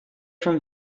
from